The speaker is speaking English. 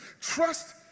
Trust